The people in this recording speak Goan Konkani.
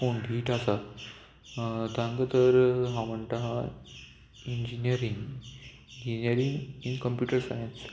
कोण धीट आसा तांकां तर हांव म्हणटा engineering engineering in computer science